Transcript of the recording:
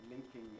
linking